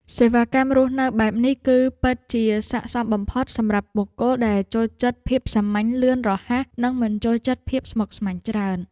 សេវាកម្មរស់នៅបែបនេះគឺពិតជាស័ក្តិសមបំផុតសម្រាប់បុគ្គលដែលចូលចិត្តភាពសាមញ្ញលឿនរហ័សនិងមិនចូលចិត្តភាពស្មុគស្មាញច្រើន។